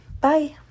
bye